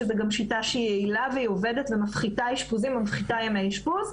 שזו שיטה יעילה ועובדת ומפחיתה אשפוזים וימי אשפוז.